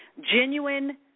Genuine